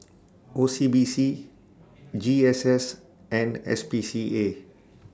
O C B C G S S and S P C A